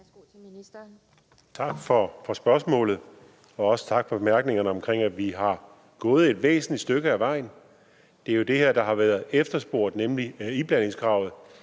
Tak for spørgsmålet, og også tak for bemærkningerne om, at vi er gået et væsentligt stykke af vejen. Det er jo det, der har været efterspurgt, nemlig iblandingskravet.